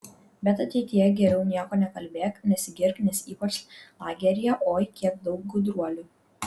bet ateityje geriau nieko nekalbėk nesigirk nes ypač lageryje oi kiek daug gudruolių